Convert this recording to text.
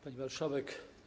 Pani Marszałek!